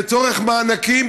לצורך מענקים,